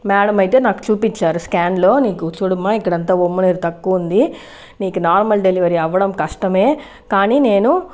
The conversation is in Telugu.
మేడం అయితే నాకు చూపించారు స్కాన్లో నీకు చూడమ్మా ఇక్కడంతా ఒమ్ము నీరు తక్కువ ఉంది నీకు నార్మల్ డెలివరీ అవ్వడం కష్టమే కానీ నేను